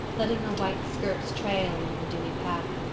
letting her white skirts trail along the dewy path.